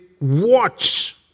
watch